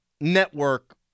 network